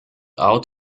out